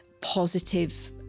positive